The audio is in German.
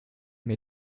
mir